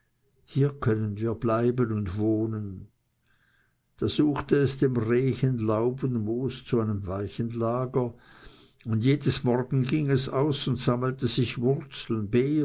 hier können wir bleiben und wohnen da suchte es dem rehchen laub und moos zu einem weichen lager und jeden morgen ging es aus und sammelte sich wurzeln